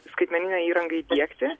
skaitmeninę įrangą įdiegti